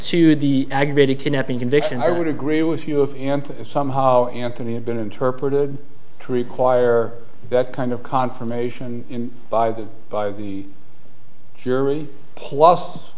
to the aggravated kidnapping conviction i would agree with you if somehow anthony had been interpreted to require that kind of confirmation by the by the jury p